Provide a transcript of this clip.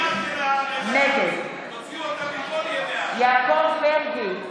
נגד יעקב מרגי,